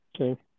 Okay